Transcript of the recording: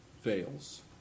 fails